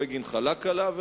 בגין חלק עליו,